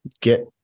get